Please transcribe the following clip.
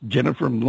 Jennifer